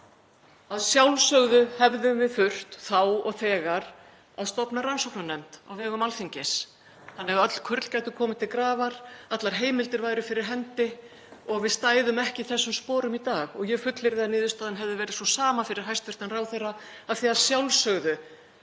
Að sjálfsögðu hefðum við þurft þá og þegar að stofna rannsóknarnefnd á vegum Alþingis þannig að öll kurl gætu komið til grafar, allar heimildir væru fyrir hendi og við stæðum ekki í þessum sporum í dag. Ég fullyrði að niðurstaðan hefði verið sú sama fyrir hæstv. ráðherra af því að að sjálfsögðu